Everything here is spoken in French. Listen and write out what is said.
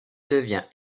devient